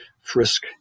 frisk